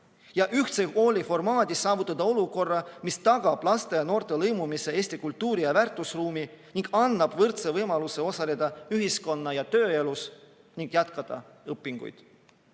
ja ühtse kooli formaadis saavutada olukord, mis tagab muukeelsete laste ja noorte lõimumise Eesti kultuuri- ja väärtusruumi ning annab neile võrdse võimaluse osaleda ühiskonna- ja tööelus ning jätkata õpinguid.